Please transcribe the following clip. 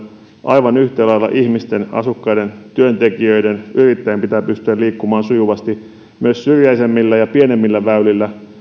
aivan yhtä lailla ihmisten asukkaiden työntekijöiden yrittäjien pitää pystyä liikkumaan sujuvasti myös syrjäisemmillä ja pienemmillä väylillä